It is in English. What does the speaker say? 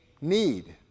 need